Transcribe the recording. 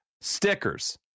stickers